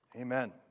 amen